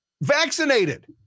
vaccinated